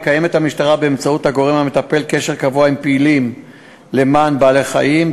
מקיימת המשטרה באמצעות הגורם המטפל קשר קבוע עם פעילים למען בעלי-חיים,